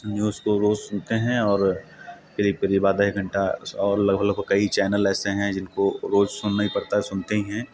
news को रोज़ सुनते हैं और करीब करीब आधा घंटा और लगभग लगभग कई चैनल ऐसे हैं जिनको रोज़ सुनना ही पड़ता है सुनते ही हैं